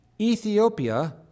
Ethiopia